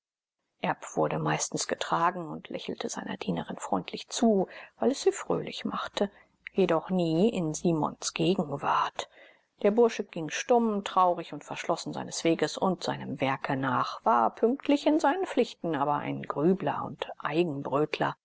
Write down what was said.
erb wurde meistens getragen und lächelte seiner dienerin freundlich zu weil es sie fröhlich machte jedoch nie in simons gegenwart der bursche ging stumm traurig und verschlossen seines weges und seinem werke nach war pünktlich in seinen pflichten aber ein grübler und eigenbrötler